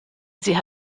sie